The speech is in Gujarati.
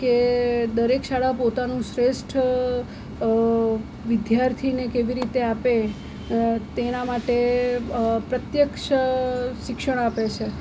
કે દરેક શાળા પોતાનું શ્રેષ્ઠ વિદ્યાર્થીને કેવી રીતે આપે તેના માટે પ્રત્યક્ષ શિક્ષણ આપે છે